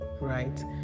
right